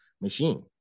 machine